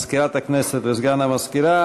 מזכירת הכנסת וסגן המזכירה,